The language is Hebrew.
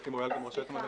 אתי מויאל, רשמת המתווכים,